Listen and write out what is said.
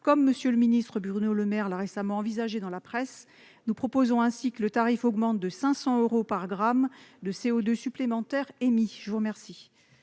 comme le ministre Bruno Le Maire l'a récemment envisagé dans la presse. Nous proposons ainsi que le tarif augmente de 500 euros par gramme de CO2 supplémentaire émis. L'amendement